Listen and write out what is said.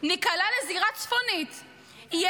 ניקלע לזירה צפונית -- ניקלע.